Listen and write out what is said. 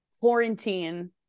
quarantine